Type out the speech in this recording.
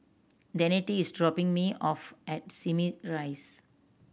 Danette is dropping me off at Simei Rise